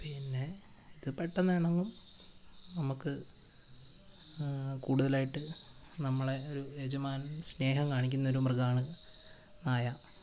പിന്നെ ഇത് പെട്ടെന്നിണങ്ങും നമുക്ക് കൂടുതലായിട്ട് നമ്മളെ ഒരു യജമാനൻ സ്നേഹം കാണിക്കുന്നൊരു മൃഗാണ് നായ